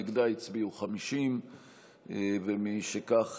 נגדה הצביעו 50. משכך,